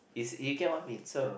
is you get what I mean so